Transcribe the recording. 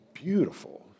beautiful